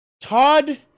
Todd